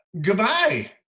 Goodbye